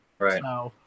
Right